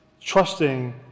trusting